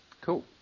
Cool